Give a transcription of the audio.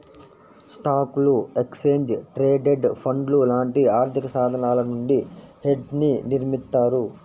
స్టాక్లు, exchange traded ఫండ్లు లాంటి ఆర్థికసాధనాల నుండి హెడ్జ్ని నిర్మిత్తారు